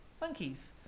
monkeys